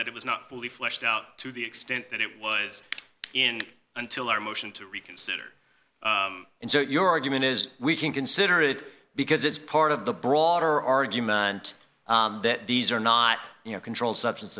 that it was not fully fleshed out to the extent that it was in until our motion to reconsider and so your argument is we can consider it because it's part of the broader argument that these are not you know controlled substance